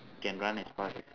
can run as fast as